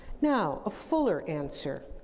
now, a fuller answer.